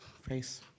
face